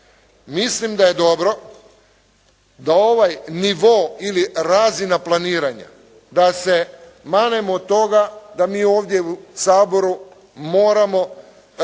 Mislim da je dobro da ovaj nivo ili razina planiranja da se manemo toga da mi ovdje u Saboru moramo